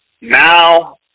Now